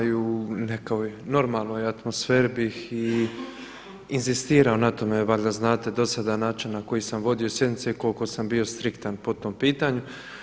I u nekoj normalnoj atmosferi bi i inzistirao na tome, valjda znate do sada način na koji sam vodio sjednice, koliko sam bio striktan po tom pitanju.